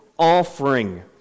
offering